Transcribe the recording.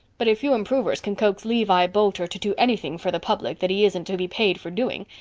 but if you improvers can coax levi boulter to do anything for the public that he isn't to be paid for doing,